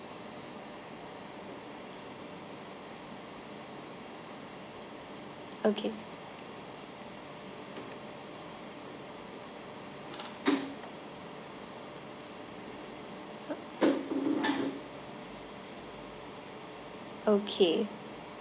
okay okay